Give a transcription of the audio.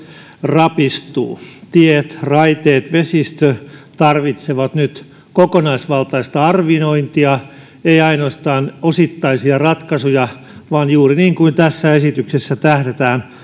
rapistuu tiet raiteet ja vesistö tarvitsevat nyt kokonaisvaltaista arviointia ei ainoastaan osittaisia ratkaisuja juuri niin kuin tässä esityksessä tähdätään